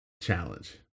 challenge